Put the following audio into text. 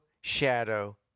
shadow